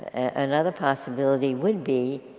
and another possibility would be